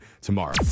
tomorrow